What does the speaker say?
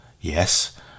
Yes